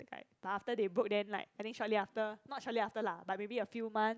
like after they broke then like I think shortly after not shortly after lah but maybe after a few months